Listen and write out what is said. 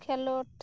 ᱠᱷᱮᱞᱚᱰ